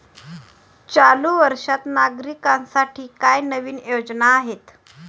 चालू वर्षात नागरिकांसाठी काय नवीन योजना आहेत?